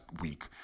week